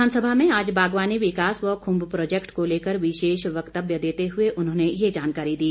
विधानसभा में आज बागवानी विकास व खुंब प्रोजेक्ट को लेकर विशेष वक्तव्य देते हुए उन्होंने ये जानकारी दी